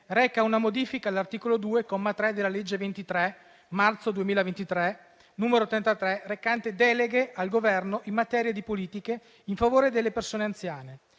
reca una modifica all'articolo 2, comma 3, della legge 23 marzo 2023, n. 33, recante deleghe al Governo in materia di politiche in favore delle persone anziane,